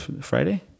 Friday